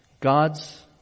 God's